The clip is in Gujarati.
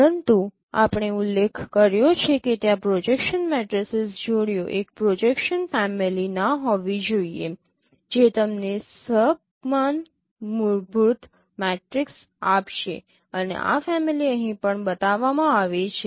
પરંતુ આપણે ઉલ્લેખ કર્યો છે કે ત્યાં પ્રોજેક્શન મેટ્રિસીસ જોડીઓ એક પ્રોજેક્શન ફેમિલી ના હોવી જોઈએ જે તમને સમાન મૂળભૂત મેટ્રિક્સ આપશે અને આ ફેમિલી અહીં પણ બતાવવામાં આવી છે